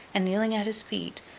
and kneeling at his feet,